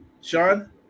Sean